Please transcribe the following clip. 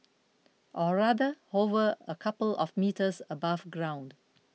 or rather hover a couple of metres above ground